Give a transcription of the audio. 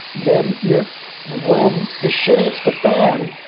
then you're when the shit hits the fan,